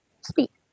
speak